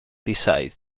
decides